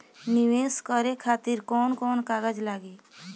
नीवेश करे खातिर कवन कवन कागज लागि?